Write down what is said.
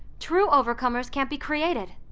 true overcomers can't be created.